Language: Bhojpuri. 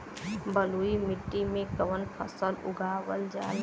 बलुई मिट्टी में कवन फसल उगावल जाला?